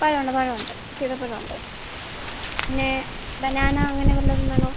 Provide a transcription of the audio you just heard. ഫലമുണ്ട് ഫലമുണ്ട് സീതഫലമുണ്ട് പിന്നെ ബനാന അങ്ങനെ വല്ലതും വേണോ